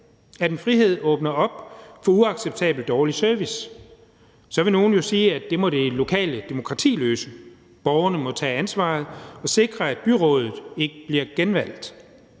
at en frihed åbner op for uacceptabelt dårlig service. Så vil nogle jo sige, at det må det lokale demokrati løse; borgerne må tage ansvaret og sikre, at byrådet ikke bliver genvalgt.